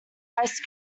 ice